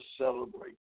celebrate